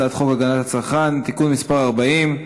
הצעת חוק הגנת הצרכן (תיקון מס' 40),